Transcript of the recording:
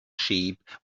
sheep